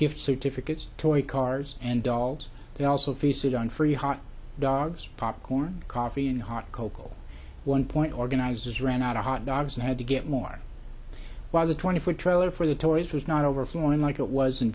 gift certificates toy cars and dolls they also featured on free hot dogs popcorn coffee and hot cocoa one point organizers ran out of hot dogs and had to get more was a twenty foot trailer for the tories was not overflowing like it was in